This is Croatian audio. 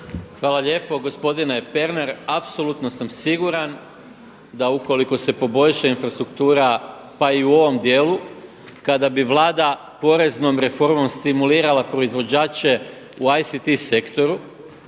Hvala lijepo. Gospodine Pernar apsolutno sam siguran da ukoliko se poboljša infrastruktura pa i u ovom dijelu kada bi Vlada poreznom reformom stimulirala proizvođače u ICT sektoru,